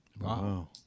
wow